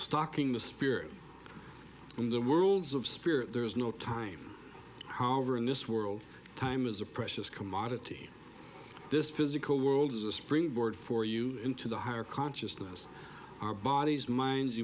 stocking the spirit in the worlds of spirit there is no time however in this world time is a precious commodity this physical world is a springboard for you into the higher consciousness our bodies minds